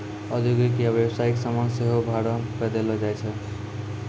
औद्योगिक या व्यवसायिक समान सेहो भाड़ा पे देलो जाय छै